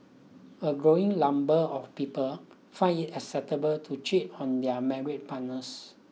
a growing number of people find it acceptable to cheat on their married partners